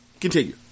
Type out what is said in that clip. Continue